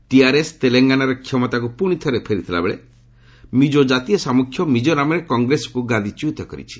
TRS ତେଲେଙ୍ଗାନାରେ କ୍ଷମତାକୁ ପୁଣିଥରେ ଫେରିଥିଲା ବେଳେ ମିକ୍କୋ ଜାତୀୟ ସାମ୍ପୁଖ୍ୟ ମିକ୍ଜୋରାମରେ କଂଗ୍ରେସକୁ ଗାଦିଚ୍ୟୁତ କରିଛି